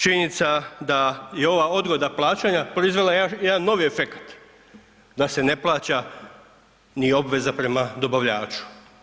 Činjenica da je ova odgoda plaćanja proizvela jedan novi efekat da se ne plaća ni obveza prema dobavljaču.